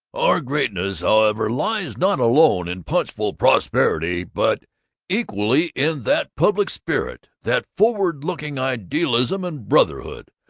our greatness, however, lies not alone in punchful prosperity but equally in that public spirit, that forward-looking idealism and brotherhood,